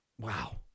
Wow